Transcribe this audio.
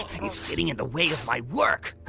it's getting in the way of my work! huh!